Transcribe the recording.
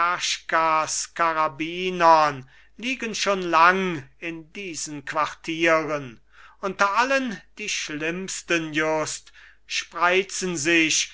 terschkas karabinieren liegen schon lang in diesen quartieren unter allen die schlimmsten just spreizen sich